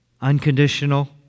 Unconditional